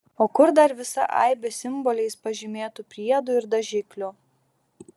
o kur dar visa aibė simboliais pažymėtų priedų ir dažiklių